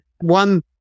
One